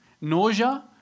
nausea